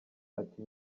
ati